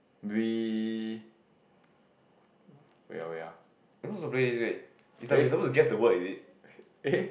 we wait ah wait ah